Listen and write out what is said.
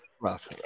rough